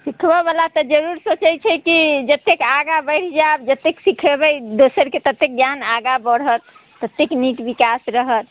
सिखबैवला तऽ जरूर सोचै छै कि जतेक आगाँ बढ़ि जाइब जतेक सिखेबै दोसरके ततेक ज्ञान आगाँ बढ़त तत्तेक नीक विकास रहत